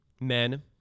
men